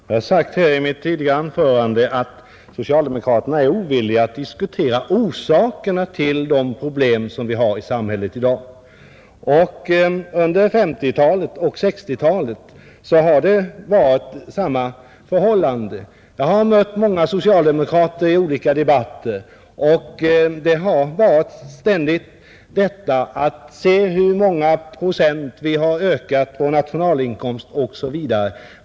Herr talman! Jag har i mitt tidigare anförande sagt att socialdemokraterna är ovilliga att diskutera orsakerna till de problem vi har i samhället i dag. Under 1950-talet och 1960-talet har det varit samma förhållande, Jag har mött många socialdemokrater i olika debatter och ständigt fått höra: Se hur många procent vi har ökat vår nationalinkomst!